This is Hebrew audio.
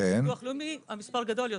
בביטוח לאומי המספר גדול יותר.